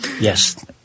Yes